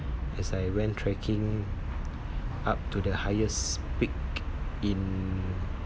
as I went trekking up to the highest peak in